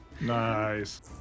Nice